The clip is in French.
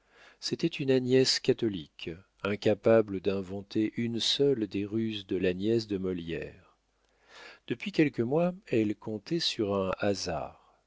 c'était une agnès catholique incapable d'inventer une seule des ruses de l'agnès de molière depuis quelques mois elle comptait sur un hasard